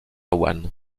one